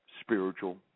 spiritual